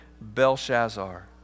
Belshazzar